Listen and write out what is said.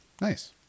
Nice